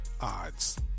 odds